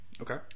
Okay